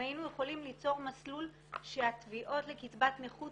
אם היינו יכולים ליצור מסלול שהתביעות לקצבת נכות